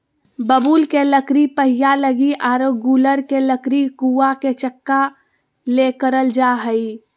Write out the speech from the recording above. बबूल के लकड़ी पहिया लगी आरो गूलर के लकड़ी कुआ के चकका ले करल जा हइ